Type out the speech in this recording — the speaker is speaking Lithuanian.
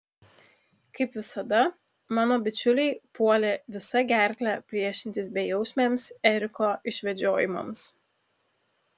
kaip visada mano bičiuliai puolė visa gerkle priešintis bejausmiams eriko išvedžiojimams